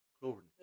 Chlorine